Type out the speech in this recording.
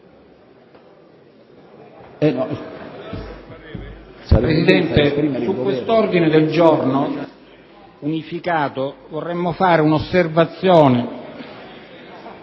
Presidente, su quest'ordine del giorno vorrei fare un'osservazione.